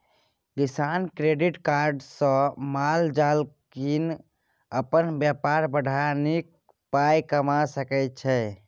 किसान credit card सँ माल जाल कीनि अपन बेपार बढ़ा नीक पाइ कमा सकै छै